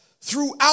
throughout